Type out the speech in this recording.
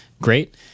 Great